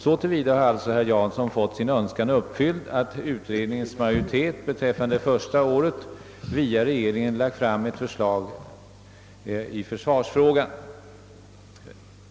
Så till vida har alltså herr Jansson fått sin önskan uppfylld, att utredning ens majoritet beträffande det första året via regeringen lagt fram ett förslag i försvarsfrågan.